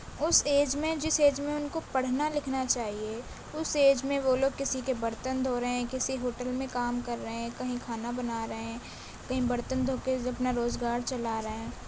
اس age میں جس age میں ان کو پڑھنا لکھنا چاہیے اس ایج میں وہ لوگ کسی کے برتن دھو رہے ہیں کسی ہوٹل میں کام کر رہے ہیں کہیں کھانا بنا رہے ہیں کہیں برتن دھو کے اپنا روزگار چلا رہے ہیں